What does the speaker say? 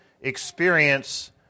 experience